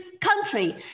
country